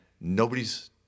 nobody's